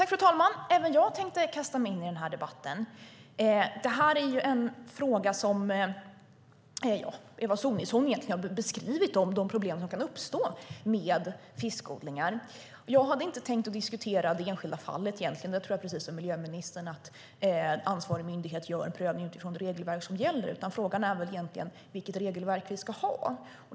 Fru talman! Eva Sonidsson har beskrivit vilka problem som kan uppstå med fiskodlingar. Jag hade inte tänkt att diskutera det enskilda fallet. Jag tror precis som miljöministern att ansvarig myndighet gör sin prövning utifrån det regelverk som gäller. Frågan är vilket regelverk vi ska ha.